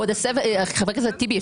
חבר הכנסת טיבי,